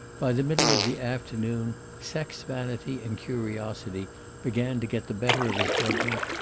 by the middle of the afternoon sex vanity and curiosity began to get the better of his judgment,